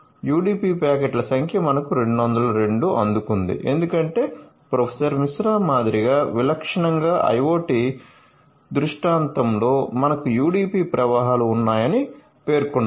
UDP ప్యాకెట్ల సంఖ్య మనకు 202 అందుకుంది ఎందుకంటే ప్రొఫెసర్ మిశ్రా మాదిరిగా విలక్షణంగా ఐయోటి దృష్టాంతంలో మనకు యుడిపి ప్రవాహాలు ఉన్నాయని పేర్కొన్నారు